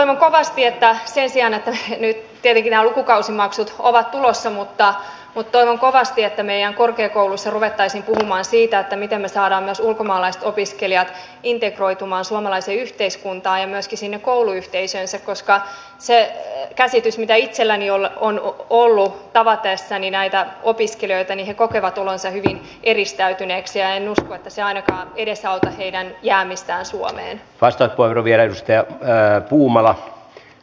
toivon kovasti että nyt tietenkin nämä lukukausimaksut ovat tulossa meidän korkeakouluissamme ruvettaisiin puhumaan siitä miten me saisimme myös ulkomaalaiset opiskelijat integroitumaan suomalaiseen yhteiskuntaan ja myöskin sinne kouluyhteisöönsä koska se käsitys mikä itselläni on ollut tavatessani näitä opiskelijoita on että he kokevat olonsa hyvin eristäytyneiksi ja en usko että se ainakaan edesauttaa heidän jäämistään suomeen paistoi korvien edustaja ja humana